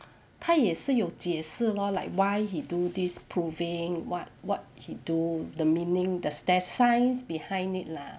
他也是有解释 lor like why he do this proofing what what he do the meaning the there's science behind it lah